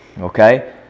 Okay